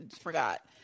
forgot